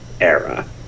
era